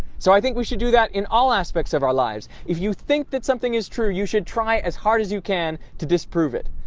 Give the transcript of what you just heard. so, i think we should do that in all aspects of our lives if you think that something is true you should try as hard as you can to disprove it.